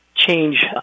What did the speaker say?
change